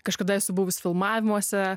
kažkada esu buvus filmavimuose